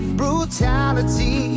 brutality